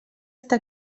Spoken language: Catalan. està